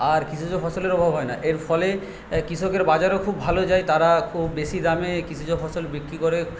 আর কৃষিজ ফসলের অভাব হয় না এর ফলে কৃষকের বাজারও খুব ভালো যায় তারা খুব বেশি দামে কৃষিজ ফসল বিক্রি করে